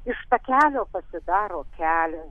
iš takelio atsidaro kelią